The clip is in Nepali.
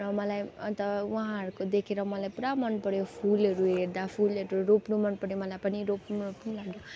मलाई अन्त उहाँहरूको देखेर मलाई पुरा मनपऱ्यो फुलहरू हेर्दा फुलहरू रोप्नु मनपऱ्यो मलाई पनि रोप्नु